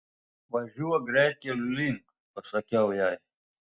važiuok greitkelio link pasakiau jai